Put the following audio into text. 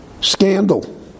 scandal